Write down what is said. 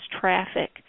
traffic